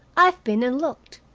i've been and looked.